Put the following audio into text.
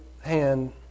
hand